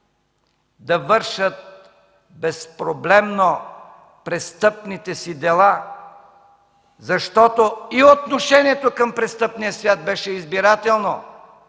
да вършат безпроблемно престъпните си дела, защото и отношението към престъпния свят беше избирателно.